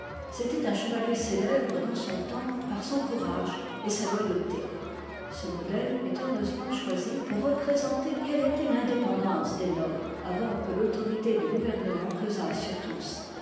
c'était un chevalier célèbre dans son temps par son courage et sa loyauté ce modèle est heureusement choisi pour représenter quelle était l'indépendance des nobles avant que l'autorité du gouvernement pesât sur tous